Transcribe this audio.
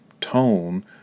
tone